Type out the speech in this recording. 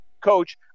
coach